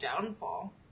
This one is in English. downfall